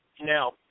Now